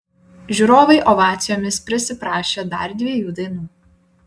žiūrovai ovacijomis prisiprašė dar dviejų dainų